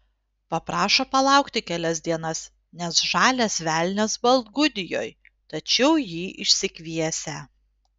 paprašo palaukti kelias dienas nes žalias velnias baltgudijoj tačiau jį išsikviesią